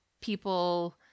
people